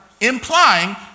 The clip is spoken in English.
implying